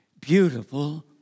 beautiful